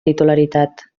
titularitat